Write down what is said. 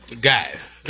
guys